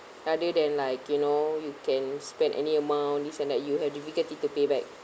rather than like you know you can spend any amount this and that you have difficulty to pay back